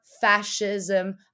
fascism